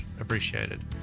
appreciated